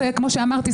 כמו שאמרתי,